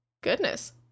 goodness